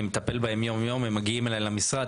אני מטפל בהם יום-יום כשהם מגיעים אליי למשרד,